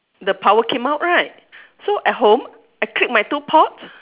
the power came out right so at home I click my two pot